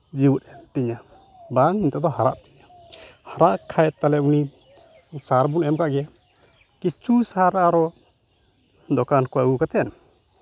ᱡᱤᱣᱮᱫ ᱮᱱ ᱛᱤᱧᱟᱹ ᱵᱟᱝ ᱱᱤᱛᱳᱜ ᱫᱚ ᱦᱟᱨᱟᱜ ᱛᱤᱧᱟᱹ ᱦᱟᱨᱟᱜ ᱠᱷᱟᱱ ᱛᱟᱦᱚᱞᱮ ᱩᱱᱤ ᱥᱟᱨ ᱵᱚᱱ ᱮᱢ ᱟᱠᱟᱫ ᱜᱮᱭᱟ ᱠᱤᱪᱷᱩ ᱥᱟᱨ ᱟᱨᱚ ᱫᱚᱠᱟᱱ ᱠᱷᱚᱱ ᱟᱹᱜᱩ ᱠᱟᱛᱮᱫ